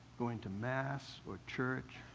going to mass or church,